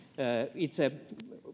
itse